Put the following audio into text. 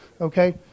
okay